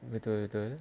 betul betul